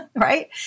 right